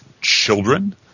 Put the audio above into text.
children